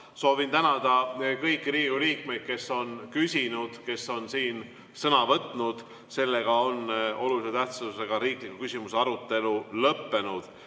Soovin tänada kõiki Riigikogu liikmeid, kes on küsinud, kes on siin sõna võtnud. Olulise tähtsusega riikliku küsimuse arutelu on lõppenud.